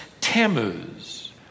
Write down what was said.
Tammuz